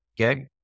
okay